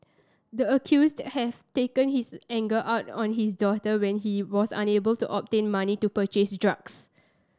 the accused have taken his anger out on his daughter when he was unable to obtain money to purchase drugs